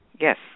Yes